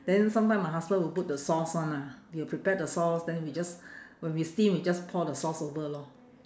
then sometime my husband will put the sauce one ah he will prepare the sauce then we just when we steam we just pour the sauce over lor